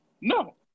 no